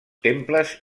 temples